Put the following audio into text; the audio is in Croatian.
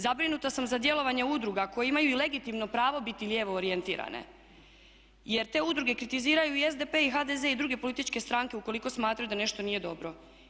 Zabrinuta sam za djelovanje udruga koje imaju i legitimno pravo biti lijevo orijentirane, jer te udruge kritiziraju i SDP i HDZ i druge političke stranke ukoliko smatraju da nešto nije dobro.